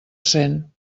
cent